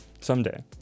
Someday